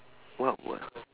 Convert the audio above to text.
what what